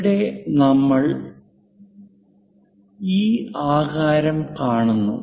ഇവിടെ നമ്മൾ ഈ ആകാരം കാണുന്നു